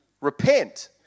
repent